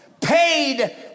paid